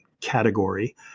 category